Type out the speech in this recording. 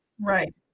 right